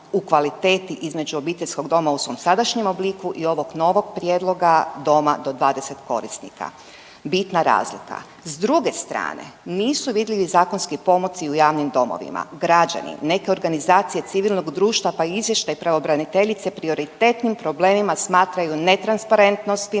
u kvaliteti između obiteljskog doma u svom sadašnjem obliku i ovog novog prijedloga doma do 20 korisnika, bitna razlika. S druge strane, nisu vidljivi zakonski pomaci u javnim domovima. Građani, neke organizacije civilnog društva pa i izvještaj pravobraniteljice prioritetnim problemima smatraju netransparentnost